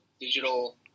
digital